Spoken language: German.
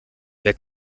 wer